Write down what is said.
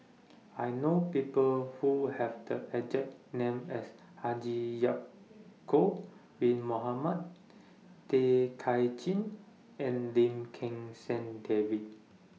I know People Who Have The exact name as Haji Ya'Acob Bin Mohamed Tay Kay Chin and Lim Kim San David